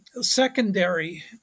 secondary